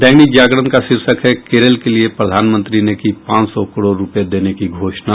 दैनिक जागरण का शीर्षक है केरल के लिये प्रधानमंत्री ने की पांच सौ करोड़ रूपये देने की घोषणा